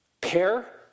pair